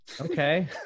Okay